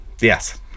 yes